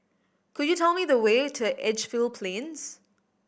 could you tell me the way to Edgefield Plains